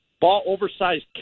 ball-oversized